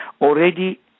already